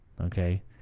okay